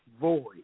void